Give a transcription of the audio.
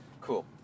cool